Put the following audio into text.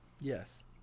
Yes